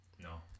No